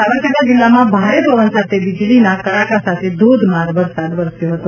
સાબરકાંઠા જિલ્લામાં ભારે પવન સાથે વીજળીના કડાકા વચ્ચે ધોધમાર વરસાદ વરસ્યો હતો